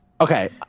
Okay